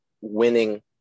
winning